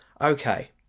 okay